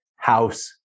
house